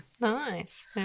nice